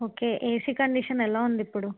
okay AC condition ఎలా ఉంది ఇప్పుడు